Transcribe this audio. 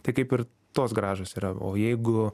tai kaip ir tos grąžos yra o jeigu